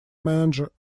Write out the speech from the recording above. manager